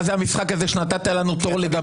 מה זה המשחק הזה שנתת לנו תור לדבר?